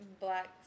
black